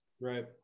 Right